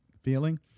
feeling